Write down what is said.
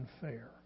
unfair